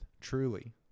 truly